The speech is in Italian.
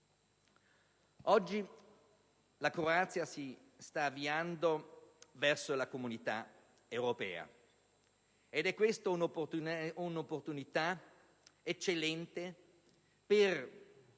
Oggi la Croazia si sta avviando verso l'Unione europea ed è questa un'opportunità eccellente per